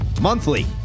monthly